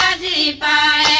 the bell